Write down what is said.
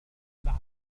بعد